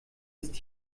ist